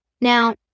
Now